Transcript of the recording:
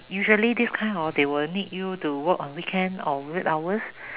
usually this kind hor they will need you to work on weekend or weird hours